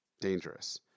dangerous